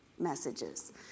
Messages